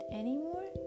anymore